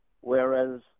whereas